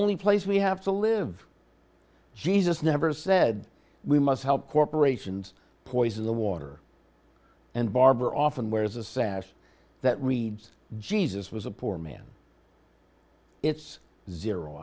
only place we have to live jesus never said we must help corporations poison the water and barber often wears a sash that reads jesus was a poor man it's zero